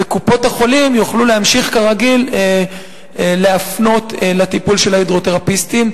וקופות החולים יוכלו להמשיך כרגיל להפנות לטיפול של ההידרותרפיסטים.